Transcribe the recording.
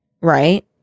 Right